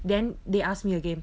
then they ask me again